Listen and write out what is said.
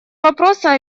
вопроса